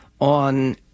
on